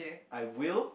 I will